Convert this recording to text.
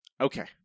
Okay